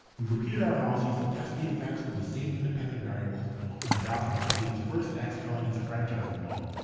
we repeated our analyses to test the effects of the same independent variables on adoption of a state's first ex-felon disenfranchisement law,